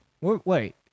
Wait